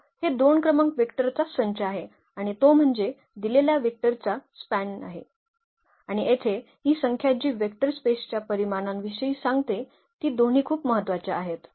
तर हे दोन क्रमांक वेक्टरचा संच आहे आणि तो म्हणजे दिलेल्या वेक्टर स्पेसचा स्पॅन आहे आणि येथे ही संख्या जी वेक्टर स्पेसच्या परिमाणांविषयी सांगते ती दोन्ही खूप महत्वाच्या आहेत